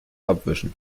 abwischen